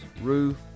roof